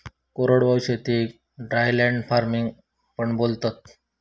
कोरडवाहू शेतीक dryland farming पण बोलतात